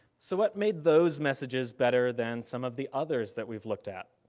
so what made those messages better than some of the others that we've looked at?